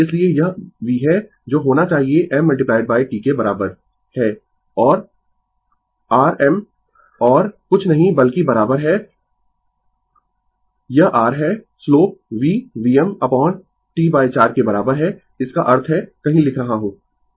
इसलिए यह v है जो होना चाहिए m T के बराबर है और rm और कुछ नहीं बल्कि बराबर है यह r है slope v Vm upon T4 के बराबर है इसका अर्थ है कहीं लिख रहा हूँ